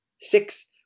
Six